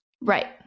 right